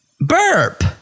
Burp